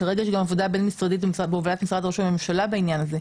כרגע יש גם עבודה בין משרדית בהובלת משרד ראש הממשלה בעניין הזה.